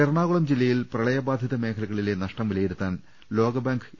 എറണാകുളം ജില്ലയിൽ പ്രളയ ബാധിത മേഖലകളിലെ നഷ്ടം വിലയിരുത്താൻ ലോകബാങ്ക് എ